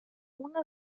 una